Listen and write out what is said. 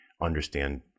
understand